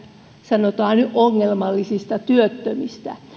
sanotaan nyt ongelmallisista työttömistä